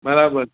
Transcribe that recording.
બરાબર